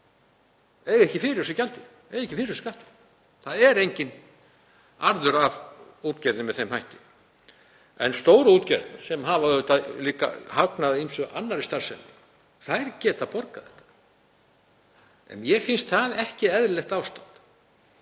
eigi ekki fyrir þessu gjaldi, eigi ekki fyrir þessum skatti. Það er enginn arður af útgerð með þeim hætti. En stórútgerðir sem hafa líka hagnað af ýmissi annarri starfsemi geta borgað þetta. Mér finnst það ekki eðlilegt ástand.